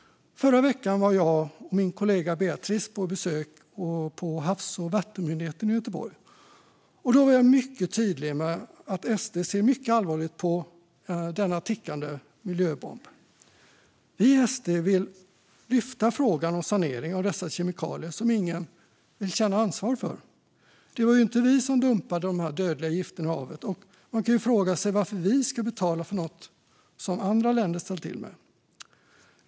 Förra veckan var jag och min kollega Beatrice på besök på Havs och vattenmyndigheten i Göteborg, och då var jag mycket tydlig med att SD ser mycket allvarligt på denna tickande miljöbomb. Vi i SD vill lyfta frågan om sanering av dessa kemikalier, som ingen vill känna ansvar för. Det var ju inte vi som dumpade dessa dödliga gifter i havet, och man kan fråga sig varför vi ska betala för något som andra länder ställt till med.